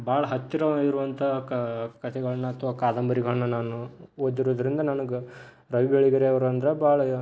ಭಾಳ ಹತ್ತಿರ ಇರುವಂಥ ಕ ಕಥೆಗಳನ್ನ ಅಥವಾ ಕಾದಂಬರಿಗಳನ್ನ ನಾನು ಓದಿರೋದರಿಂದ ನನಗೆ ರವಿ ಬೆಳಗೆರೆೆಯವ್ರು ಅಂದರೆ ಭಾಳ